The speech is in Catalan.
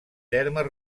termes